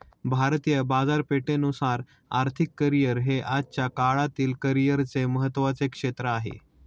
भारतीय बाजारपेठेनुसार आर्थिक करिअर हे आजच्या काळातील करिअरचे महत्त्वाचे क्षेत्र आहे